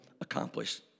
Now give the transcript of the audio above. accomplish